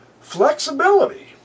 flexibility